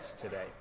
today